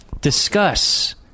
Discuss